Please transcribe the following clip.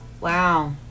Wow